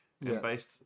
based